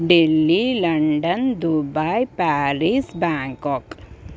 Delhi London Dubai Paris Bangkok